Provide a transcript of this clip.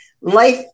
life